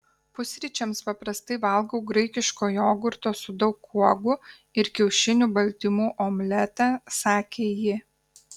pusryčiams paprastai valgau graikiško jogurto su daug uogų ir kiaušinių baltymų omletą sakė ji